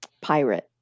pirate